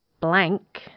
blank